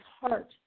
heart